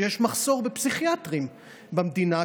שיש מחסור בפסיכיאטרים במדינה,